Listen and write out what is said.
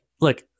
look